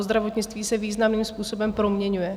Zdravotnictví se významným způsobem proměňuje.